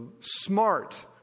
smart